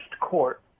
Court